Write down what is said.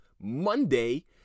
monday